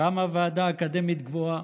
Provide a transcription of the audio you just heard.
קמה ועדה אקדמית גבוהה,